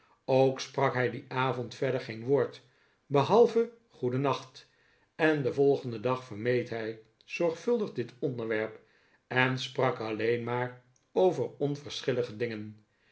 ook sprak hij dien avond verder geen woord behalve goedennacht en den volgenden dag vermeed hij zorgvuldig dit onderwerp en sprak alleen maar over onyerschillige dingen